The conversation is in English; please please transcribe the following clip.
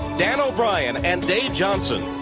dan o'brien and dave johnson,